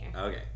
Okay